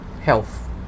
health